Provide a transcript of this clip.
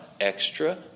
extra